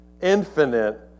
infinite